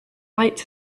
lights